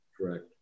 Correct